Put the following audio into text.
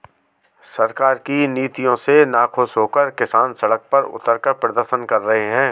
सरकार की नीतियों से नाखुश होकर किसान सड़क पर उतरकर प्रदर्शन कर रहे हैं